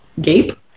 Gape